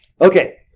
Okay